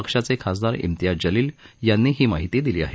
पक्षाचे खासदार म्तियाज जलील यांनी ही माहिती दिली आहे